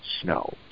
snow